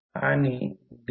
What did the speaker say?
25 milliweber आहे